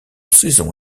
saison